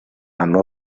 hanno